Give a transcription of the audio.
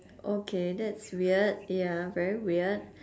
okay that's weird ya very weird